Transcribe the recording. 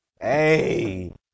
Hey